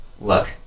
look